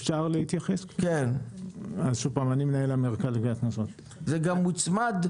זה גם מוצמד,